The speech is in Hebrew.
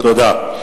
תודה.